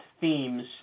themes